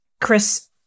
Chris